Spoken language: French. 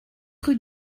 rue